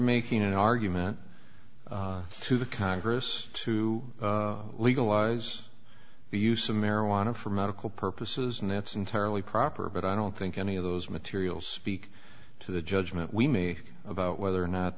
making an argument to the congress to legalize the use of marijuana for medical purposes and it's entirely proper but i don't think any of those materials seek to the judgment we me about whether or not